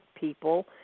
people